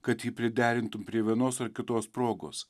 kad jį priderintum prie vienos ar kitos progos